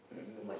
uh